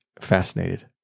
fascinated